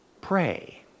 Pray